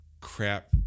crap